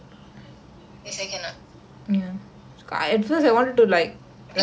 this year cannot this year or this semester